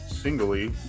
singly